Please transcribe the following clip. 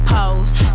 Pose